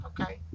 okay